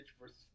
versus